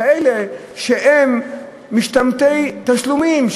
כאלה שהם משתמטי תשלומים,